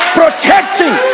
protecting